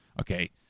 Okay